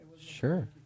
Sure